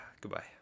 Goodbye